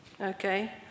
Okay